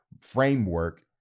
framework